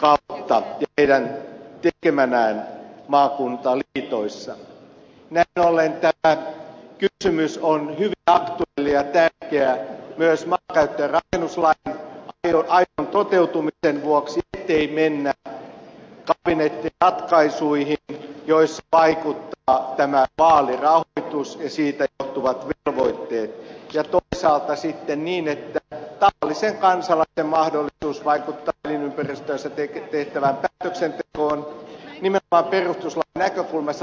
arto autti pitää heti mennään maakuntaan pidoissa näin ollen tämä kysymys on hyvin aktuelli ja tärkeä myös maankäyttö ja rakennuslain aidon toteutumisen vuoksi ettei mennä kabinettiratkaisuihin joissa vaikuttavat vaalirahoitus ja siitä johtuvat velvoitteet ja toisaalta sitten että tavallisen kansalaisen mahdollisuus vaikuttaa elinympäristöönsä tehtävään päätöksentekoon nimenomaan perustuslain näkökulmasta toteutuu